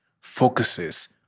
focuses